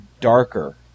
darker